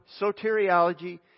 soteriology